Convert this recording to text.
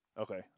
Okay